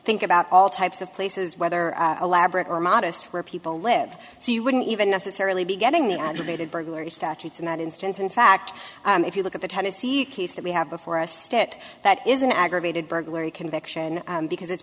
think about all types of places whether a laboratory modest where people live so you wouldn't even necessarily be getting the adulated burglary statutes in that instance in fact if you look at the tennessee case that we have before us state that is an aggravated burglary conviction because it's